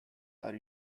are